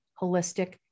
holistic